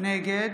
נגד